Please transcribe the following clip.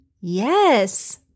Yes